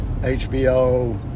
HBO